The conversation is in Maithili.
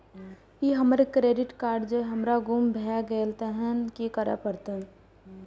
ई हमर क्रेडिट कार्ड जौं हमर गुम भ गेल तहन की करे परतै?